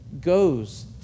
goes